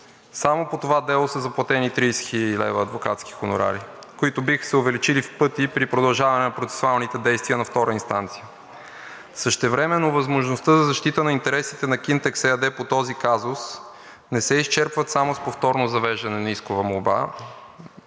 само по това дело са заплатени 30 хил. лв. адвокатски хонорари, които биха се увеличили в пъти при продължаване на процесуалните действия на втора инстанция. Същевременно възможността за защита на интересите на „Кинтекс“ ЕАД по този казус не се изчерпват само с повторно завеждане на искова молба.